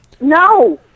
No